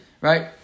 Right